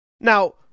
Now